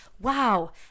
wow